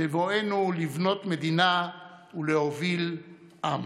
בבואנו לבנות מדינה ולהוביל עם,